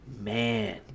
man